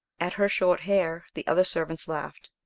at her short hair, the other servants laughed,